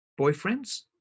boyfriends